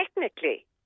technically